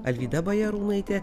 alvyda bajarūnaitė